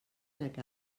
nag